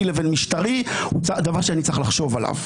לבין משטרי הוא דבר שאני צריך לחשוב עליו.